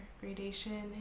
gradation